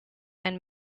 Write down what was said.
and